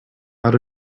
got